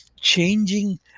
changing